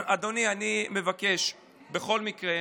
אדוני, אני מבקש בכל מקרה